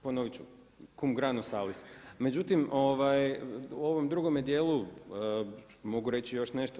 Ponovit ću … Međutim, u ovom drugome dijelu mogu reći još nešto.